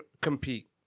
compete